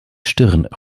stirn